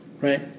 right